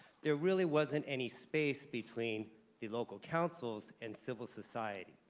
there really wasn't any space between the local councils and civil society,